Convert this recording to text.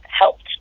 helped